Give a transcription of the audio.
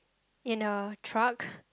in a truck